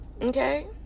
Okay